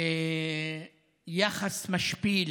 יחס משפיל